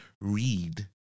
read